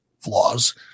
flaws